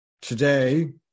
Today